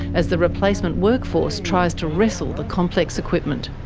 as the replacement workforce tries to wrestle the complex equipment.